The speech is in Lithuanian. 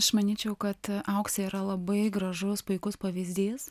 aš manyčiau kad auksė yra labai gražus puikus pavyzdys